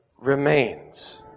remains